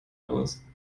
aus